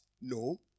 No